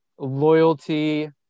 loyalty